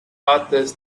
authors